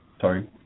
sorry